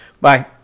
Bye